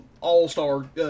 all-star